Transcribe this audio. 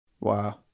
Wow